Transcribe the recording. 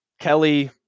Kelly